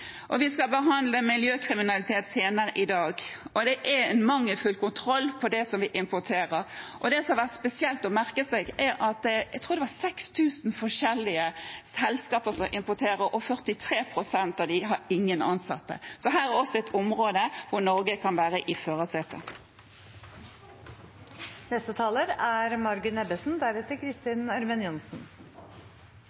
Vi skal behandle miljøkriminalitet senere i dag. Det er en mangelfull kontroll på det vi importerer, og det som har vært spesielt å merke seg, er at det var – tror jeg – 6 000 forskjellige selskaper som importerer, og 43 pst. av disse har ingen ansatte. Så her er også et område hvor Norge kan være i